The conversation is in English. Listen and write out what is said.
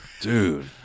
Dude